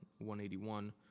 181